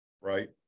right